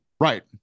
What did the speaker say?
Right